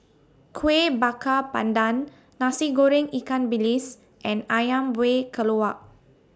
Kueh Bakar Pandan Nasi Goreng Ikan Bilis and Ayam Buah Keluak